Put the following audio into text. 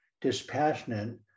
dispassionate